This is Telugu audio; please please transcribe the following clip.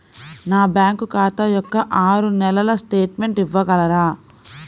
నా బ్యాంకు ఖాతా యొక్క ఆరు నెలల స్టేట్మెంట్ ఇవ్వగలరా?